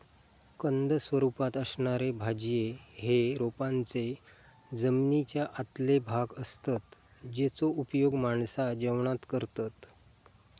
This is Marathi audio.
कंद स्वरूपात असणारे भाज्ये हे रोपांचे जमनीच्या आतले भाग असतत जेचो उपयोग माणसा जेवणात करतत